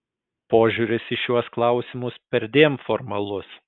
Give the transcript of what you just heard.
požiūris į šiuos klausimus perdėm formalus